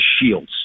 shields